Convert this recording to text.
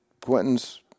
Quentin's